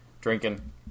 drinking